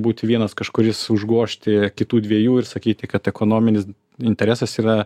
būti vienas kažkuris užgožti kitų dviejų ir sakyti kad ekonominis interesas yra